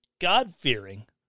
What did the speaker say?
God-fearing